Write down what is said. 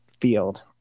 field